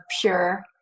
pure